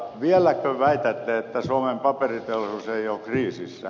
vieläkö väitätte että suomen paperiteollisuus ei ole kriisissä